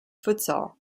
futsal